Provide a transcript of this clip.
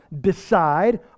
decide